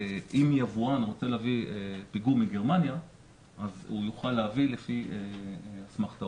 אם יבואן רוצה להביא פיגום מגרמניה אז הוא יוכל להביא לפי אסמכתאות.